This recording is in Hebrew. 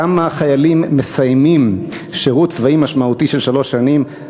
כמה חיילים מסיימים שירות צבאי משמעותי של שלוש שנים,